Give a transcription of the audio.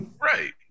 Right